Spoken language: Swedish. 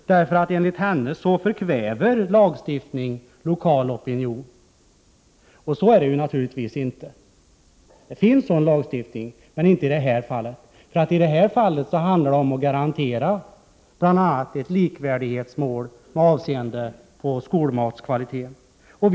Enligt Ewa Hedkvist Petersens uppfattning förkväver ju lagstiftning lokal opinion. Så är det naturligtvis inte. Sådan lagstiftning finns, men inte i det här fallet. I det här fallet handlar det om att garantera bl.a. ett likvärdighetsmål med avseende på kvaliteten på skolmaten.